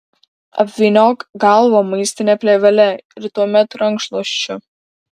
apvyniok galvą maistine plėvele ir tuomet rankšluosčiu